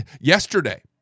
yesterday